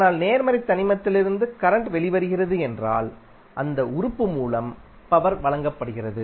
ஆனால் நேர்மறை தனிமத்திலிருந்து கரண்ட் வெளிவருகிறது என்றால் அந்த உறுப்பு மூலம் பவர் வழங்கப்படுகிறது